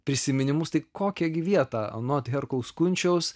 prisiminimus tai kokią gi vietą anot herkaus kunčiaus